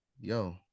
yo